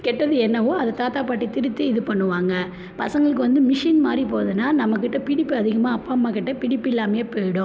கெட்டது என்னவோ அதை தாத்தா பாட்டி திருத்தி இது பண்ணுவாங்க பசங்களுக்கு வந்து மிஷின் மாதிரி போகிறதுன்னா நம்மக்கிட்டே பிடிப்பு அதிகமாக அப்பா அம்மாக்கிட்டே பிடிப்பு இல்லாமயே போய்டும்